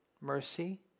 mercy